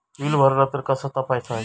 Bill भरला तर कसा तपसायचा?